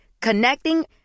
Connecting